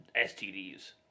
STDs